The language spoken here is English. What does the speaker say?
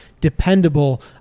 dependable